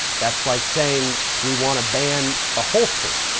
that's like saying, we want to ban a holster.